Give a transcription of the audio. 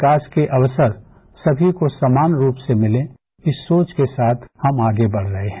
विकास के अवसर समी को समान रूप से मिलें इस सोच के साथ हम आगे बढ़ रहे हैं